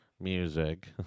music